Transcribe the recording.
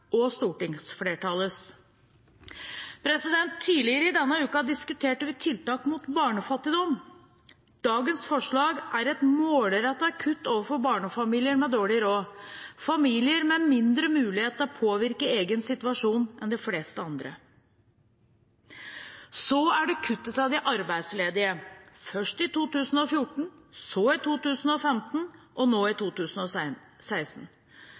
Tidligere denne uken diskuterte vi tiltak mot barnefattigdom. Dagens forslag er et målrettet kutt overfor barnefamilier med dårlig råd, familier med mindre mulighet til å påvirke egen situasjon enn de fleste andre. Så er det kuttet til de arbeidsledige, først i 2014, så i 2015 og nå